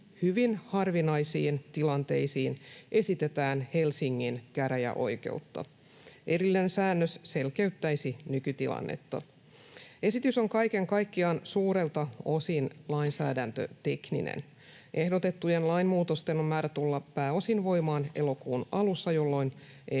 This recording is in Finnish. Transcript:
hyvin harvinaisiin tilanteisiin esitetään Helsingin käräjäoikeutta. Erillinen säännös selkeyttäisi nykytilannetta. Esitys on kaiken kaikkiaan suurelta osin lainsäädäntötekninen. Ehdotettujen lainmuutosten on määrä tulla pääosin voimaan elokuun alussa, jolloin